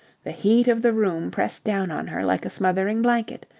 the heat of the room pressed down on her like a smothering blanket.